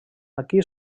aquí